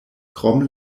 krom